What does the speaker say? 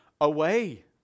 away